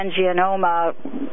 angioma